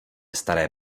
staré